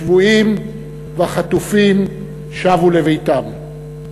שבויים וחטופים שבו לביתם.